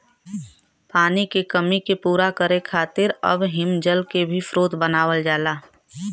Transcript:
पानी के कमी के पूरा करे खातिर अब हिमजल के भी स्रोत बनावल जाला